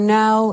now